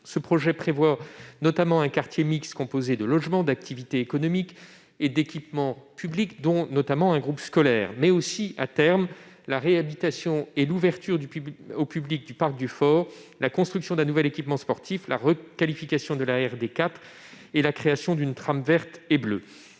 Ce projet prévoit notamment un quartier mixte composé de logements, d'activités économiques, et d'équipements publics, dont un groupe scolaire. Il envisage aussi, à terme, la réhabilitation et l'ouverture au public du parc du Fort, la construction d'un nouvel équipement sportif, la requalification de la route départementale D4, et la création d'une trame verte et bleue.